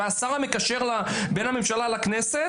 היה השר המקשר בין הממשלה לכנסת,